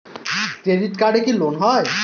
Credit কার্ডে কি loan হয়?